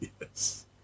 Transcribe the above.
Yes